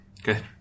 Good